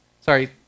Sorry